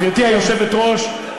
גברתי היושבת-ראש,